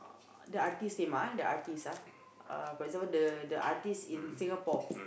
the artiste same ah the artiste ah ah for example the the artiste in Singapore